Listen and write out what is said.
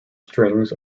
strings